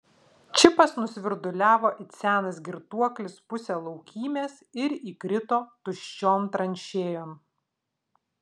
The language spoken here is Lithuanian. čipas nusvirduliavo it senas girtuoklis pusę laukymės ir įkrito tuščion tranšėjon